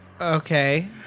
Okay